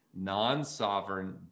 non-sovereign